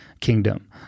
kingdom